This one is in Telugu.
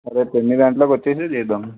రేపు ఎనిమిది గంటలకి వచ్చి చేద్దాం